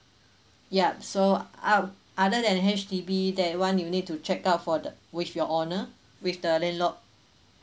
yup so ot~ other than H_D_B that one you need to check out for the with your owner with the landlord